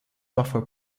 parfois